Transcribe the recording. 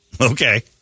Okay